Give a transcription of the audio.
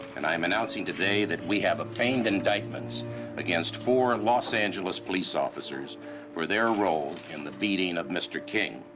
and i'm announcing today that we have obtained indictments against four los angeles police officers for their role in the beating of mr. king.